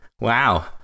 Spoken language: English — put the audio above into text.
Wow